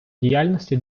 діяльності